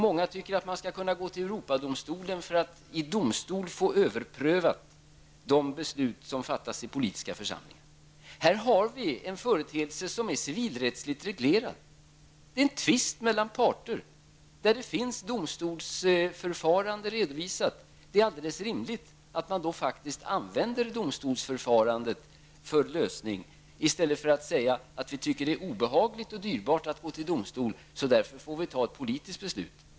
Många tycker att man skall kunna gå till Europadomstolen för att i domstol få överprövat de beslut som fattats i politiska församlingar. Här har vi en företeelse som är civilrättsligt reglerad. Det rör sig om en tvist mellan parter där det finns domstolsförfarande redovisat. Det är rimligt att man då faktiskt använder domstolsförfarandet för lösning i stället för att säga att man tycker att det är obehagligt och dyrbart att gå till domstol, så därför får vi här ta ett politiskt beslut.